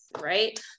right